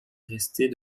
restait